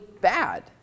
bad